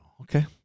Okay